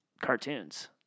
cartoons